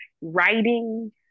writing